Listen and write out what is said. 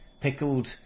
pickled